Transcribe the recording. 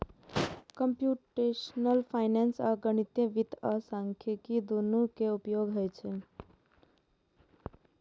computational finance मे गणितीय वित्त आ सांख्यिकी, दुनू के उपयोग होइ छै